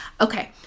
Okay